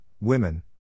Women